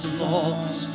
lost